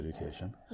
education